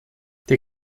der